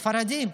ספרדים.